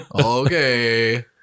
Okay